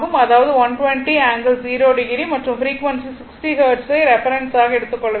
அதாவது 120 ∠0o மற்றும் ஃப்ரீக்வன்சி 60 ஹெர்ட்ஸை ரெஃபரென்ஸ் ஆக எடுத்துக் கொள்ள வேண்டும்